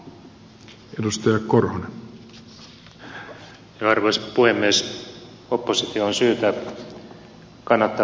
arvoisa puhemies